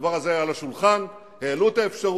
הדבר הזה היה על השולחן, העלו את האפשרות,